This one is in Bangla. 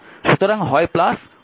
সুতরাং হয় অথবা